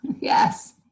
yes